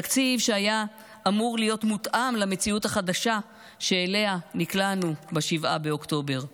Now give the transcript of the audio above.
תקציב שהיה אמור להיות מותאם למציאות החדשה שאליה נקלענו ב-7 באוקטובר,